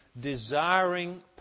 desiring